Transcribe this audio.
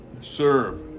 serve